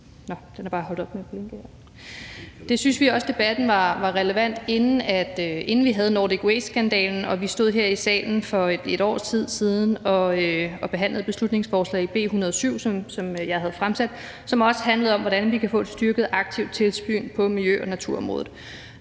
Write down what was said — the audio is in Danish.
vi er en rigtig vigtig debat. Vi synes også, debatten var relevant, inden vi havde Nordic Waste-skandalen, og vi stod her i salen for 1 års tid siden og behandlede beslutningsforslag B 107, som jeg havde fremsat, og som også handlede om, hvordan vi kan få et styrket aktivt tilsyn på miljø- og naturområdet.